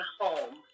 home